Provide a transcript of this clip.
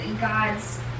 God's